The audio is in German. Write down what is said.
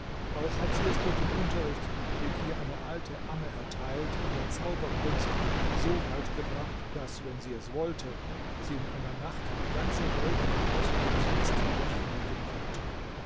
auch hat sie es durch den unterricht den ihr eine alte amme erteilt in der zauberkunst so weit gebracht daß wenn sie es wollte sie in einer nacht die ganze welt von osten bis westen durchfliegen könnte